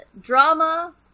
drama